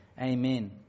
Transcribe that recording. Amen